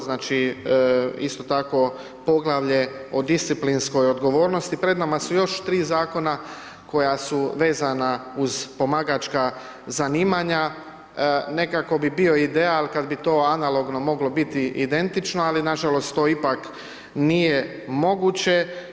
Znači, isto tako poglavlje o disciplinskoj odgovornosti, pred nama su još 3 Zakona koja su vezana uz pomagačka zanimanja, nekako bi bio ideal kad bi to analogno moglo biti identično, ali, nažalost, to ipak nije moguće.